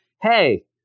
Hey